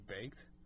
baked